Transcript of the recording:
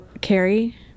Carrie